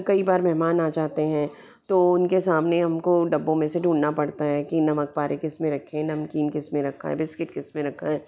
कई बार मेहमान आ जाते हैं तो उन के सामने हम को डब्बो में से ढूंढना पड़ते हैं कि नमक पारे किस में रखें नमकीन किस में रखा है बिस्किट किस में रखा है